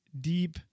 deep